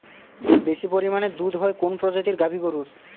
বেশি পরিমানে দুধ হয় কোন প্রজাতির গাভি গরুর?